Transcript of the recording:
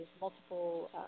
multiple